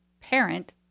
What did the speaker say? parent